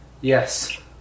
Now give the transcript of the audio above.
Yes